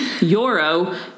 euro